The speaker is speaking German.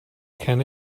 keine